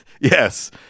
Yes